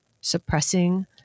suppressing